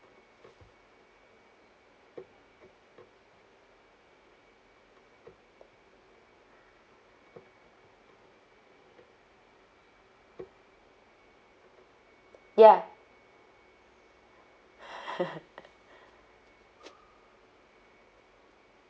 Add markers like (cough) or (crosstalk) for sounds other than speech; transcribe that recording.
ya (laughs)